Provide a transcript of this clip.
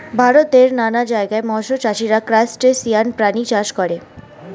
ভারতের নানান জায়গায় মৎস্য চাষীরা ক্রাসটেসিয়ান প্রাণী চাষ করে